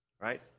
right